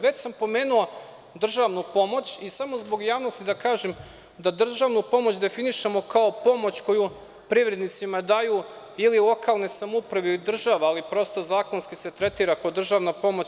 Već sam pomenuo državnu pomoć i samo zbog javnosti da kažem da državnu pomoć definišemo kao pomoć koju privrednicima daju ili lokalne samouprave ili država, ali prosto zakonski se tretira kao državna pomoć.